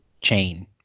chain